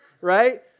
right